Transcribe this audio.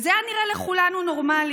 וזה היה נראה לכולנו נורמלי.